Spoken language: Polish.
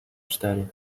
cztery